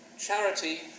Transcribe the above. Charity